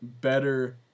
better